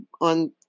on